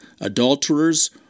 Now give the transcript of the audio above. adulterers